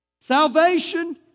Salvation